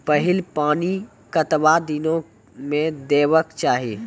पहिल पानि कतबा दिनो म देबाक चाही?